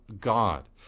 God